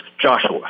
Joshua